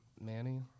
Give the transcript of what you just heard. Manny